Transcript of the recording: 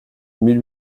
mille